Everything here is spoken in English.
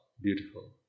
beautiful